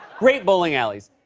great bowling alleys,